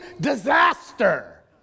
disaster